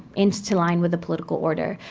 into line with the political order.